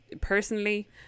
personally